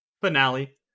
finale